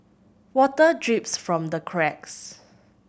water drips from the cracks